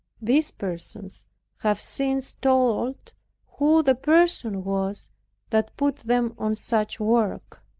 these persons have since told who the person was that put them on such work.